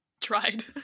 Tried